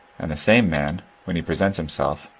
and the same man, when he presents himself,